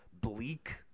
bleak